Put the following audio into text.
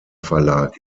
verlag